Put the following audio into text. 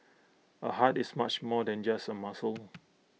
A heart is much more than just A muscle